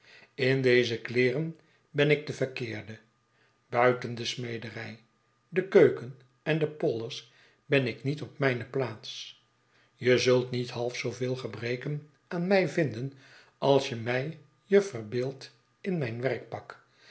in deze kleeren ben ik de verkeerde buiten de smederij de keuken en de polders ben ik niet op mijne plaats je zult niet half zooveel gebreken aan mij vinden als je mij je verbeeldt in mijn werkpak